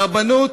הרבנות